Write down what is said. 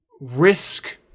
risk